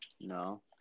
No